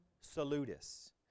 salutis